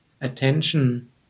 attention